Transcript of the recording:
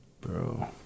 Bro